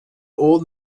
old